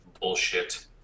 bullshit